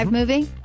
movie